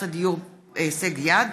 119) (דיור בהישג יד)